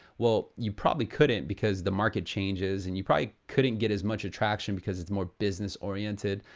well, you probably couldn't because the market changes, and you probably couldn't get as much attraction because it's more business oriented.